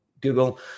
google